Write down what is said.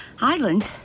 Island